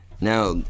Now